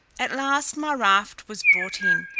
at last my raft was brought in,